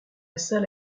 salle